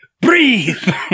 Breathe